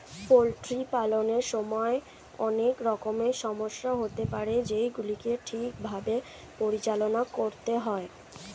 poultry পালনের সময় অনেক রকমের সমস্যা হতে পারে যেগুলিকে ঠিক ভাবে পরিচালনা করতে হয়